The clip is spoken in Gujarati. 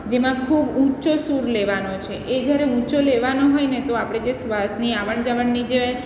જેમાં ખૂબ ઊંચો સૂર લેવાનો છે એ જ્યારે ઊંચો લેવાનો હોયને તો આપણે જે શ્વાસની આવન જાવનની જે